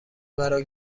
مرا